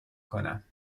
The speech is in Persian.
کنم